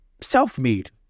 self-made